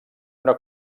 una